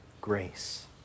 grace